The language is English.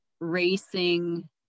racing